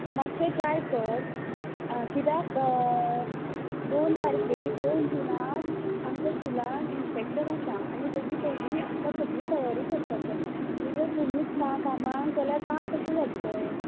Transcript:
माश्शें ट्राय कर कित्याक दोन तारकेक दोन जुनाक आमच्या स्कुलान इन्स्पॅक्शन आसा आनी ताजी पयली आमकां सगळी तयारी करपाक जाय आनी जर तुमीच ना कामां जाल्यार काम कशें जातलें